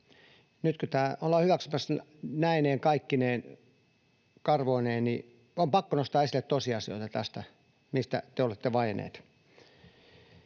nyt kun tämä ollaan hyväksymässä näine kaikkine karvoineen, on pakko nostaa tästä esille tosiasioita, mistä te olette vaienneet.